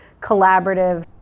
collaborative